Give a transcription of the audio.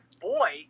boy